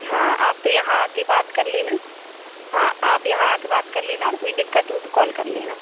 हाँ आप तो यहाँ आके बात कर लेना हाँ आप यहाँ आके बात कर लेना और कोई दिक्कत हो तो कॉल कर लेना